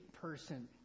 person